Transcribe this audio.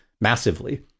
massively